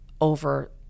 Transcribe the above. over –